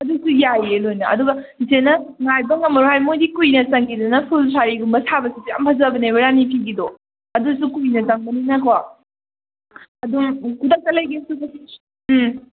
ꯑꯗꯨꯁꯨ ꯌꯥꯏꯌꯦ ꯂꯣꯏꯅ ꯑꯗꯨꯒ ꯆꯤꯆꯦꯅ ꯉꯥꯏꯕ ꯉꯝꯃꯔꯣꯏ ꯍꯥꯏꯔ ꯃꯣꯏꯗꯤ ꯀꯨꯏꯅ ꯆꯪꯉꯤꯗꯅ ꯐꯨꯜ ꯁꯥꯔꯤꯒꯨꯝꯕ ꯁꯥꯕꯁꯤꯗꯤ ꯌꯥꯝ ꯐꯖꯕꯅꯦꯕ ꯔꯥꯅꯤ ꯐꯤꯒꯤꯗꯣ ꯑꯗꯨꯁꯨ ꯀꯨꯏꯅ ꯆꯪꯕꯅꯤꯅꯀꯣ ꯑꯗꯨꯝ ꯈꯨꯗꯛꯇ ꯂꯩꯒꯦꯁꯨ ꯑꯗꯨꯝ ꯎꯝ